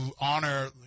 honor